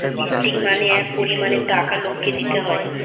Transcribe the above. amnesty মানে এক পরিমানের টাকা লোককে দিতে হয়